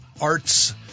arts